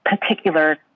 particular